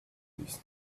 ließ